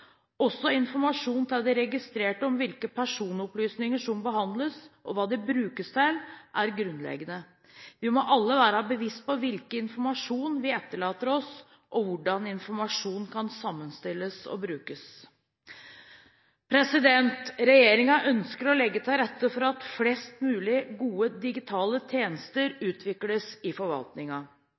Også informasjon til de registrerte om hvilke personopplysninger som behandles, og hva de brukes til, er grunnleggende. Vi må alle være bevisste på hvilken informasjon vi etterlater oss, og hvordan informasjonen kan sammenstilles og brukes. Regjeringen ønsker å legge til rette for at flest mulig gode digitale tjenester utvikles i